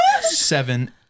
seven